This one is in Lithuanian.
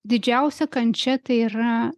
didžiausia kančia tai yra